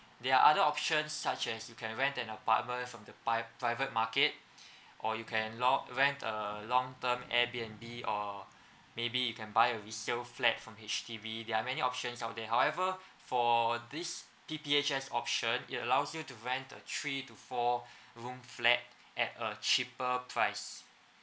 there are other options such as you can rent an apartment from the pri~ private market or you can lon~ rent a long term airbnb or maybe you can buy a resale flat from H_D_B there are many options out there however for this P_P_H_S option it allows you to rent a three to four room flat at a cheaper price